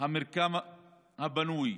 המרקם הבנוי,